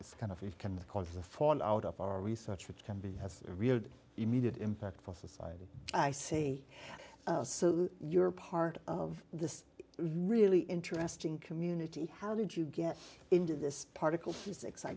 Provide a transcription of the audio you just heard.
it's kind of it can cause a fall out of our research which can be as real immediate impact for society i say so you're part of this really interesting community how did you get into this particle physics i